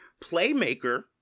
playmaker